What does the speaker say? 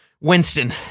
Winston